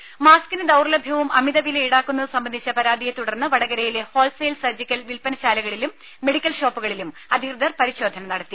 ദേദ മാസ്ക്കിന് ദൌർലഭ്യവും അമിത വില ഈടാക്കുന്നതും സംബന്ധിച്ച പരാതിയെ തുടർന്ന് വടകരയിലെ ഹോൾസെയിൽ സർജിക്കൽ വിൽപന ശാലകളിലും മെഡിക്കൽഷോപ്പുകളിലും അധികൃതർ പരിശോധന നടത്തി